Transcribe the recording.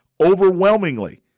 Overwhelmingly